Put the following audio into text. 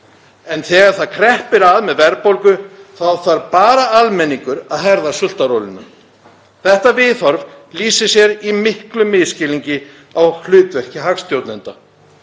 en þegar það kreppir að með verðbólgu þá þarf bara almenningur að herða sultarólina. Þetta viðhorf lýsir miklum misskilningi á hlutverki hagstjórnenda.